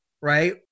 right